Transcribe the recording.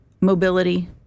Mobility